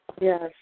Yes